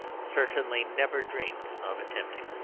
certainly never dreamed of attempting.